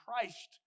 Christ